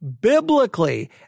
biblically